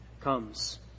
comes